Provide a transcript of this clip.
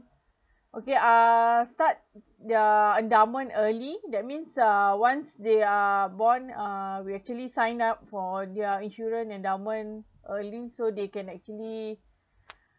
okay uh start their endowment early that means uh once they are born uh we actually sign up for their insurance endowment early so they can actually